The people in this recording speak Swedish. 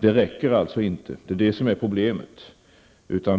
det räcker alltså inte, och det är det som är problemet.